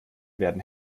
werden